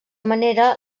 manera